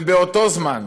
ובאותו זמן